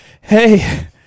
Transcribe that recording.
hey